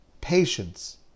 patience